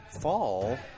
Fall